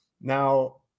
Now